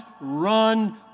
run